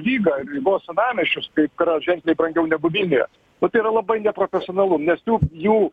rygą rygos senamiesčius kur yra ženkliai brangiau negu vilniaus nu tai yra labai neprofesionalu nes jų jų